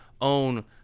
own